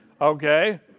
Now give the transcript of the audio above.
Okay